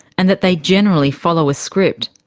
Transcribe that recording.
and that they generally follow a script.